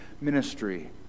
ministry